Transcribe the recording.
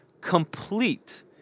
complete